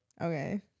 Okay